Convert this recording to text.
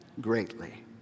greatly